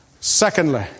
Secondly